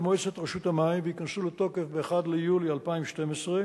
מועצת רשות המים וייכנסו לתוקף ב-1 ביולי 2012,